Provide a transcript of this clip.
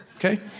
Okay